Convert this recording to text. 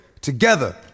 together